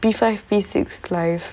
P five P six life